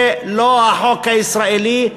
זה לא החוק הישראלי,